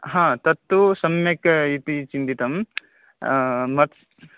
हा तत्तु सम्यक् इति चिन्तितं मया